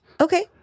Okay